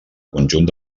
conjunt